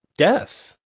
Death